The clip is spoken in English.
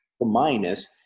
minus